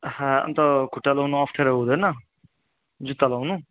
आहा अन्त खुट्टा लाउनु अप्ठ्यारो हुँदैन जुत्ता लाउनु